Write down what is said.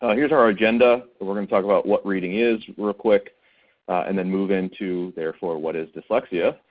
here's our agenda. we're gonna talk about what reading is real quick and then move into therefore what is dyslexia.